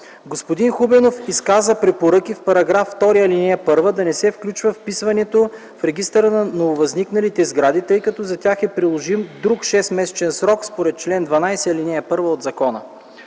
Господин Хубенов изказа препоръка в § 2, ал. 1 да не се включва вписването в регистъра на нововъзникналите сгради, тъй като за тях е приложим друг 6-месечен срок според чл. 12, ал. 1 от закона.